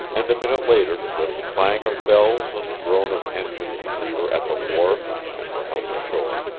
and, a minute later, with clang of bells and groan of engine we were at the wharf and were helped ashore.